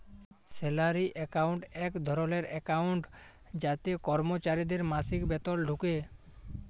salary account এক ধরলের account যাতে করমচারিদের মাসিক বেতল ঢুকে